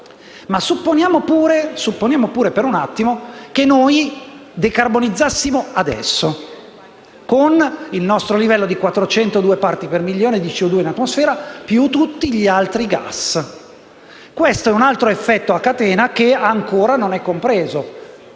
Ma supponiamo anche per un attimo che noi decarbonizzassimo adesso, con il nostro livello di 402 parti per milione di CO2 in atmosfera più tutti gli altri gas. Questo comporterebbe un altro effetto a catena che ancora non è stato compreso.